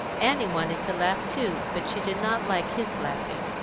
annie wanted to laugh too, but she did not like his laughing.